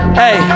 hey